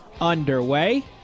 underway